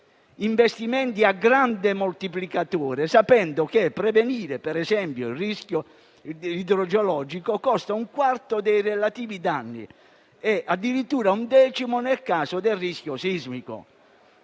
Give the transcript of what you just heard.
investimenti a grande moltiplicatore, sapendo che prevenire - per esempio - il rischio idrogeologico costa un quarto dei relativi danni e addirittura un decimo nel caso del rischio sismico.